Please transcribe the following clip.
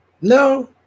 No